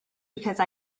because